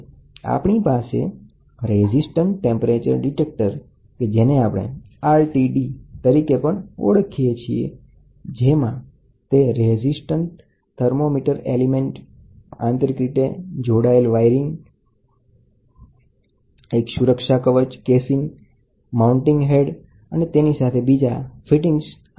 આપણી પાસે resistant type detector છે જેને RTD કહીએ છીએ RTD એ તાપમાન માપક ડિવાઇસ છે જે રેઝિસ્ટન્ટ થર્મોમીટર એલિમેન્ટ આંતરિક રીતે જોડાયેલ વાયર એક સુરક્ષા કવચ કનેક્ટીંગ હેડને માઉન્ટ કરવા માટે અથવા કનેક્ટીંગ વાયર અથવા બીજા ફિટિંગ્સ વડે બંધાયેલું છે